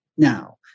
Now